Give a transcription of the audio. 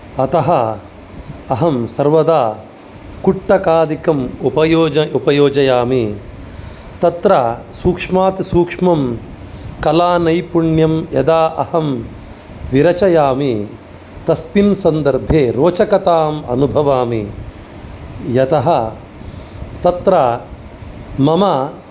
अतः अहं सर्वदा कुट्टकादिकम् उपयोजयामि तत्र सीक्ष्मातिसूक्ष्मं कलानैपुण्यं यदा अहं विरचयामि तस्मिन् सन्दर्भे रोचकताम् अनुभवामि यतः तत्र मम